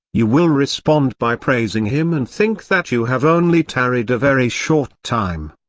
you will respond by praising him and think that you have only tarried a very short time.